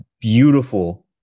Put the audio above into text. beautiful